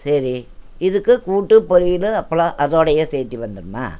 சரி இதுக்கு கூட்டு பொரியல் அப்பளம் அதோடைய சேத்து வந்துடுமா